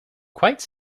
quite